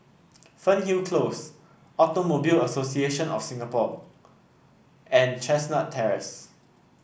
Fernhill Close Automobile Association of Singapore and Chestnut Terrace